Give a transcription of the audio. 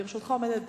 לרשותך עומדת דקה,